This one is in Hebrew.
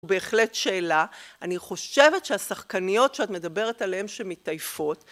בהחלט שאלה, אני חושבת שהשחקניות שאת מדברת עליהן שמתעיפות